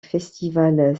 festival